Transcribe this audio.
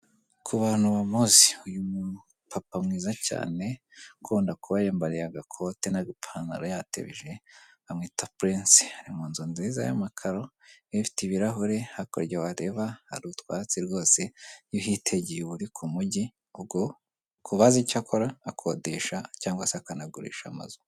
Ku bantu bamuzi, uyu mupapa mwiza cyane, ukunda kuba yiyambariye agakote n'agapantaro yatebeje, bamwita Prince. Ari mu nzu nziza y'amakaro ifite ibirahure, hakurya wareba hari utwatsi rwose, iyo uhitegeye uba uri ku mujyi, ubwo ku bazi icyo akora, akodesha cyangwa se akanagurisha amazu.